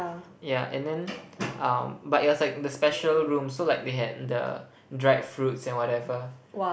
ya and then um but it was like the special room so like they had the dried fruits and whatever